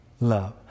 love